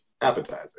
Appetizer